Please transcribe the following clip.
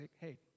Hey